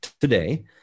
today